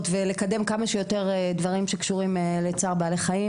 ולקדם כמה שיותר דברים שקשורים לצער בעלי חיים.